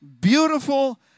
beautiful